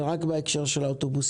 עכשיו התייחסנו רק בהקשר של האוטובוסים.